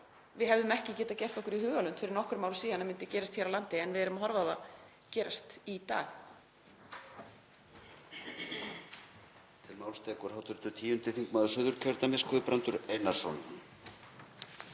við hefðum ekki getað gert okkur í hugarlund fyrir nokkrum árum að myndi gerast hér á landi. En við erum að horfa á það gerast í dag.